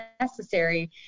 necessary